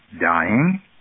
dying